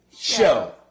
Show